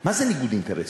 מה זה ניגוד אינטרסים?